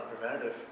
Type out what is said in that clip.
preventative